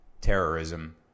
terrorism